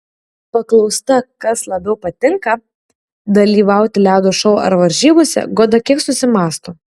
paklausta kas labiau patinka dalyvauti ledo šou ar varžybose goda kiek susimąsto